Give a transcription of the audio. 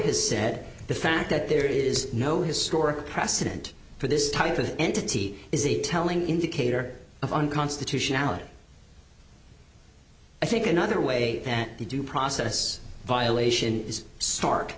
has said the fact that there is no his score precedent for this type of entity is a telling indicator of unconstitutionality i think another way that the due process violation is star